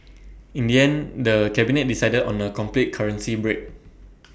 in the end the cabinet decided on A complete currency break